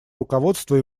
руководство